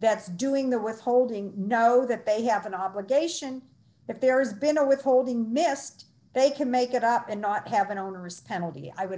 that's doing the withholding know that they have an obligation if there's been a withholding missed they can make it up and not have an onerous penalty i would